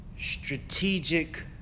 strategic